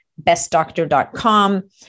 bestdoctor.com